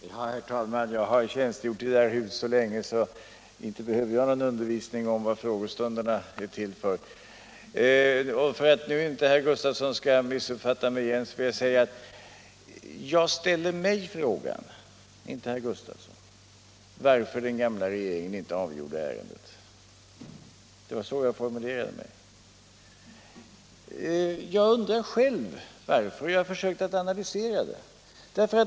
Herr talman! Jag har varit med i det här huset så länge att jag inte behöver någon undervisning om vad frågestunderna är till för. För att inte herr Gustavsson skall missuppfatta mig igen vill jag säga: Jag ställer mig frågan — inte herr Gustavsson — varför den gamla regeringen inte avgjorde ärendet. Det var ungefär så jag formulerade mig. Jag undrar själv varför, och jag har försökt analysera det hela.